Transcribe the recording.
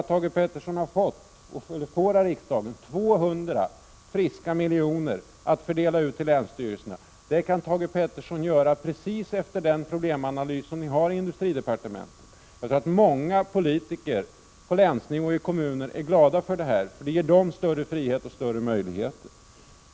Thage Peterson får av riksdagen 200 friska miljoner att fördela på länsstyrelserna. Det kan Thage Peterson göra precis efter den problemanalys som ni har i industridepartementet. Jag tror att många politiker på länsnivå och i kommuner är glada för detta. Det ger dem större frihet och större möjligheter.